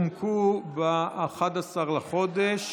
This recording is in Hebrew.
ב-11 בחודש,